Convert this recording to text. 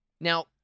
Now